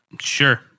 Sure